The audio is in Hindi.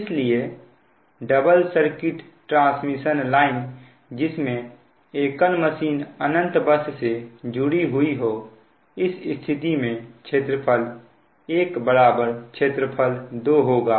इसलिए डबल सर्किट ट्रांसमिशन लाइन जिसमें एकल मशीन अनंत बस से जुड़ी हुई हो इस स्थिति में क्षेत्रफल 1 बराबर क्षेत्रफल 2 होगा